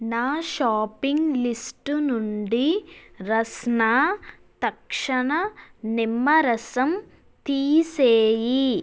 నా shopping list నుండి రస్నా తక్షణ నిమ్మరసం తీసేయి